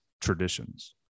traditions